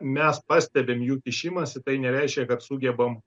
mes pastebim jų kišimasį tai nereiškia kad sugebam